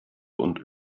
und